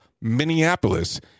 Minneapolis